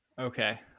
Okay